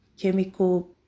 chemical